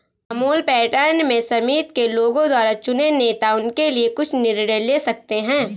Amul pattern में समिति के लोगों द्वारा चुने नेता उनके लिए कुछ निर्णय ले सकते हैं